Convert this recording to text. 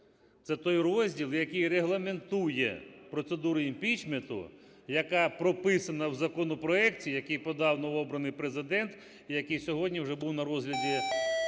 Це той розділ, який регламентує процедуру імпічменту, яка прописана в законопроекті, який подав новообраний Президент і який сьогодні вже був на розгляді